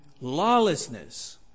Lawlessness